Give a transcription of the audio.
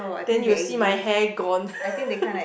then you will see my hair gone